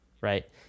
right